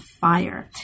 fire